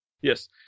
Yes